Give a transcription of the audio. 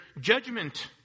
judgment